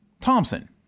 Thompson